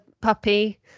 puppy